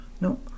no